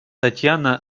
татьяна